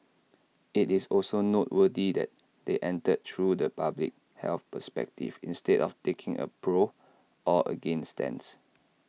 IT is also noteworthy that they entered through the public health perspective instead of taking A pro or against stance